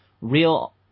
real